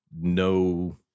no